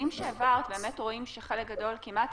העברת רואים שחלק גדול, כמעט